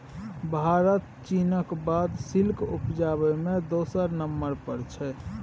भारत चीनक बाद सिल्क उपजाबै मे दोसर नंबर पर छै